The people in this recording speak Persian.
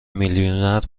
میلیونر